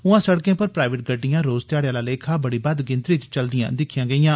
उआं सड़कें पर प्राइवेट गड्डियां रोज ध्याड़े आला लेखा बड़ा बद्ध गिनतरी च चलदियां दिक्खियां गेइयां